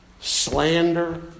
slander